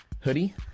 hoodie